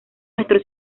nuestro